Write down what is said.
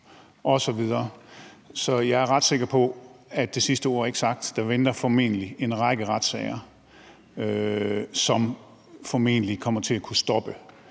at jeg er ret sikker på, at det sidste ord ikke er sagt. Der venter formentlig en række retssager, som kommer til at kunne stoppe